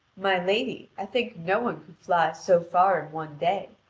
my lady, i think no one could fly so far in one day.